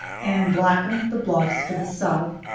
and blackened the bluffs to the south,